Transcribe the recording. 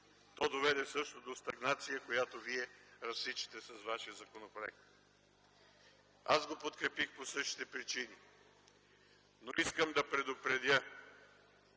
то доведе също до стагнация, която Вие разсичате с вашия законопроект. Аз го подкрепих по същите причини. Но искам да предупредя: